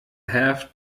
have